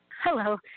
Hello